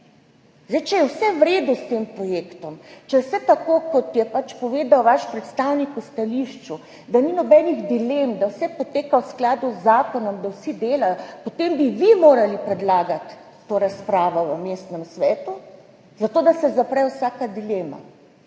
Če je vse v redu s tem projektom, če je vse tako, kot je povedal vaš predstavnik v stališču, da ni nobenih dilem, da vse poteka v skladu z zakonom, da vsi delajo, potem bi vi morali predlagati to razpravo v mestnem svetu, zato da se odpravi vsaka dilema.